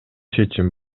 чечим